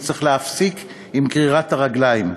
צריך להפסיק עם גרירת הרגליים.